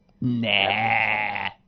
Nah